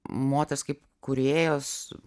moters kaip kūrėjos